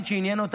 העסק הזה היה